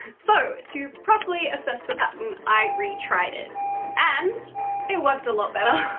so to properly assess the pattern, i've retried it and it worked a lot better.